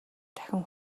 дахин